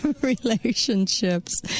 relationships